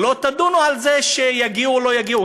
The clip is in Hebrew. אל תדונו על זה שיגיעו או לא יגיעו.